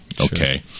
Okay